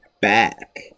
back